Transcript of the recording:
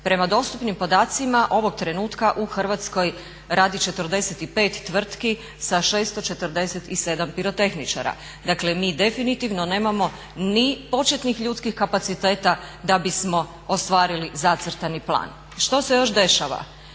Prema dostupnim podacima ovog trenutka u Hrvatskoj radi 45 tvrtki sa 647 pirotehničara. Dakle mi definitivno nemamo ni početnih ljudskih kapaciteta da bismo ostvarili zacrtani plan. Što se još dešava?